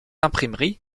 imprimerie